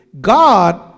God